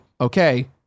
okay